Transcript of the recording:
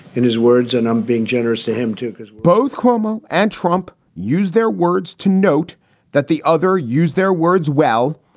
in his words and i'm being generous to him, to both cuomo and trump, use their words to note that the other use their words. well,